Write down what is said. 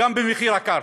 גם במחיר הקרקע,